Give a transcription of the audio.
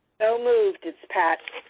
moved. it's pat.